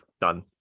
done